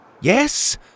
Yes